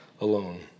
alone